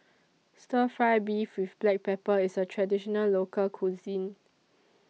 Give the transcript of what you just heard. Stir Fry Beef with Black Pepper IS A Traditional Local Cuisine